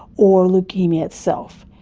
or leukaemia itself.